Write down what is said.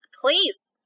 please